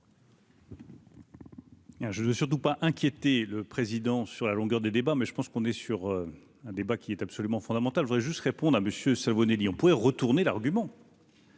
Je veux surtout pas inquiéter le président sur la longueur des débats mais je pense qu'on est sur un débat qui est absolument fondamentale vrai juste répondre à Monsieur Nelly on pourrait retourner l'argument.